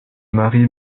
marie